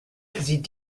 sie